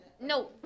No